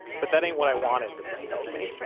but that ain't what i wanted, the man tells me.